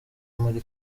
muri